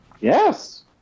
Yes